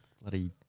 bloody